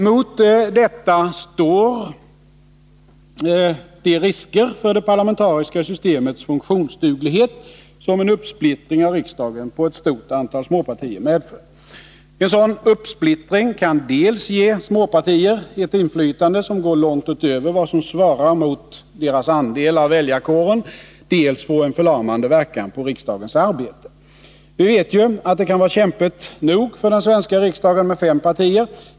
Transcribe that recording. Mot detta står de risker för det parlamentariska systemets funktionsduglighet som en uppsplittring av riksdagen på ett stort antal småpartier medför. 48 En sådan uppsplittring kan dels ge småpartier ett inflytande som går långt utöver vad som svarar mot deras andel av väljarkåren, dels få en förlamande verkan på riksdagens arbete. Vi vet ju att det kan vara kämpigt nog för den svenska riksdagen med fem partier.